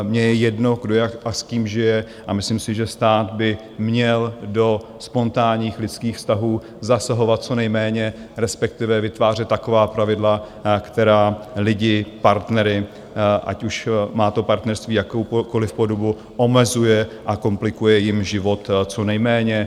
Mně je jedno, kdo jak a s kým žije, a myslím si, že stát by měl do spontánních lidských vztahů zasahovat co nejméně, respektive vytvářet taková pravidla, která lidi, partnery, ať už má partnerství jakoukoliv podobu, omezuje a komplikuje jim život co nejméně.